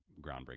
groundbreaking